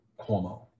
Cuomo